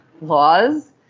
laws